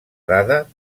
dada